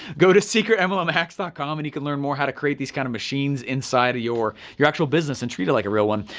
go to secretmlmhacks dot com and you can learn more how to create these kinds kind of machines inside of your your actual business, and treat it like a real one.